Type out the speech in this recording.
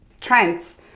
trends